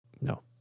No